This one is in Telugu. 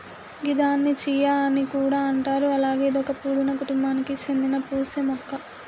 గిదాన్ని చియా అని కూడా అంటారు అలాగే ఇదొక పూదీన కుటుంబానికి సేందిన పూసే మొక్క